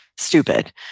stupid